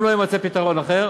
אם לא יימצא פתרון אחר,